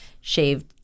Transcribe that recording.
shaved